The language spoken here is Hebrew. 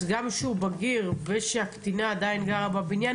אז גם כשהוא בגיר ושהקטינה עדיין גרה בניין,